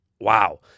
Wow